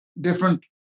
different